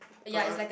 cause I have